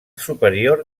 superior